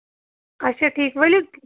اچھا ٹھیٖک ؤلِو